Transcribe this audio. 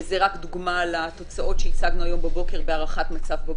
זו רק דוגמה לתוצאות שהצגנו הבוקר בהערכת מצב.